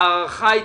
ההארכה אושרה.